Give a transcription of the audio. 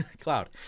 Cloud